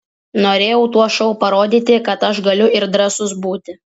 norėjau tuo šou parodyti kad aš galiu ir drąsus būti